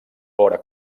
vora